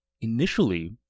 initially